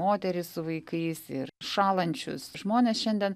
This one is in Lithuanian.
moteris su vaikais ir šąlančius žmones šiandien